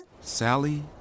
Sally